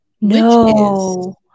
No